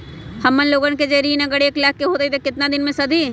हमन लोगन के जे ऋन अगर एक लाख के होई त केतना दिन मे सधी?